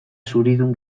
zuridun